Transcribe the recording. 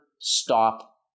stop